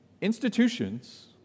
Institutions